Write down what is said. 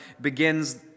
begins